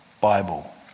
Bible